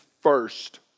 first